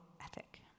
ethic